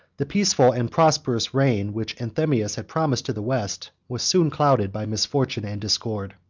the peaceful and prosperous reign which anthemius had promised to the west, was soon clouded by misfortune and discord.